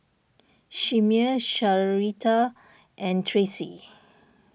Chimere Sharita and Tracee